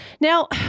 Now